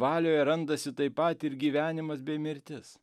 valioje randasi taip pat ir gyvenimas bei mirtis